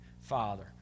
Father